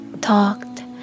talked